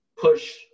push